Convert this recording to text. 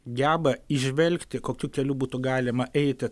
geba įžvelgti kokiu keliu būtų galima eiti